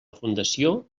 fundació